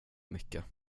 mycket